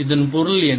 இதன் பொருள் என்ன